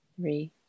three